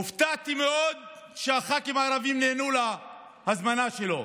הופתעתי מאוד שהח"כים הערבים נענו להזמנה שלו,